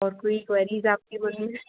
और कोई क्वेरीज़ है आपकी